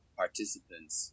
participants